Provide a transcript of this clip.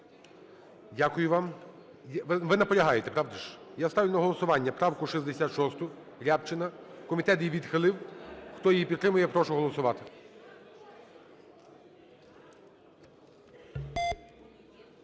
Дякую вам. Ви наполягаєте, правда ж? Я ставлю на голосування правку 66 Рябчина. Комітет її відхилив. Хто її підтримує, прошу голосувати.